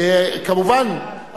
כמובן,